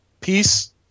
Peace